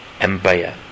Empire